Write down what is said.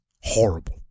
horrible